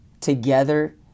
together